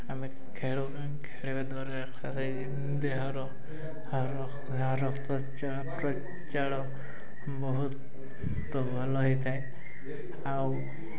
ଆମେ ଖେଳ ଖେଳିବା ଦ୍ୱାରା ଏକ୍ସସାଇଜ୍ ଦେହର ପ୍ରଚାର ବହୁତ ତ ଭଲ ହେଇଥାଏ ଆଉ